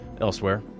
Elsewhere